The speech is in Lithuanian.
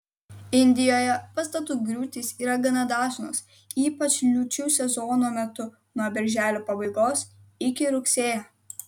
indijoje pastatų griūtys yra gana dažnos ypač liūčių sezono metu nuo birželio pabaigos iki rugsėjo